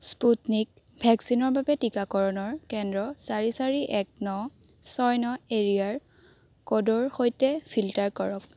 Sputnik ভেকচিনৰ বাবে টিকাকৰণৰ কেন্দ্ৰ চাৰি চাৰি এক ন ছয় ন এৰিয়াৰ ক'ডৰ সৈতে ফিল্টাৰ কৰক